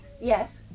Yes